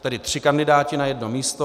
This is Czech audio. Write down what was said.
Tedy tři kandidáti na jedno místo.